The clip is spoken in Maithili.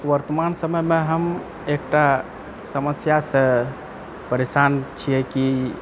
वर्तमान समयमे हम एकटा समस्यासँ परेशान छियै कि